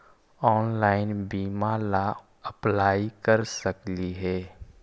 Online बीमा ला apply कर सकली हे?